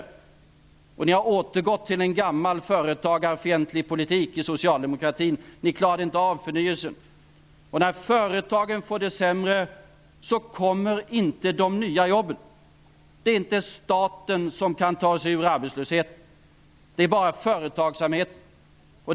Socialdemokraterna har återgått till en gammal företagarfientlig politik, ni klarade inte av förnyelsen. När företagen får det sämre kommer inte de nya jobben. Det är inte staten som kan ta oss ur arbetslösheten. Det är bara företagsamheten.